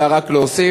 אלא רק להוסיף,